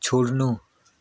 छोड्नु